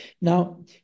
Now